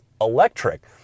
electric